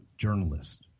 journalist